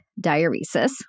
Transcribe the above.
diuresis